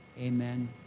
Amen